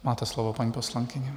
Máte slovo, paní poslankyně.